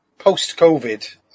Post-Covid